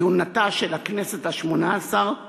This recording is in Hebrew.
כהונתה של הכנסת השמונה-עשרה